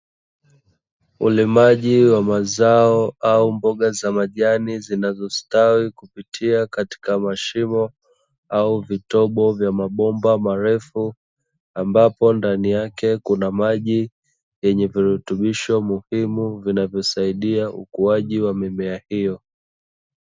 Ulimaji wa mazao au mboga za majani zinazo stawi kupitia mashimo au vitobo vya mabomba marefu, ambapo ndani yake kuna maji yenye virutubisho muhimu vinavyo saidia ukuaji wa mimea hiyo.